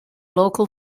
local